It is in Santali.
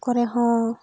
ᱠᱚᱨᱮ ᱦᱚᱸ